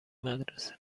مدرسه